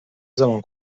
zaman